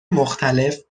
مختلف